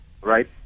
right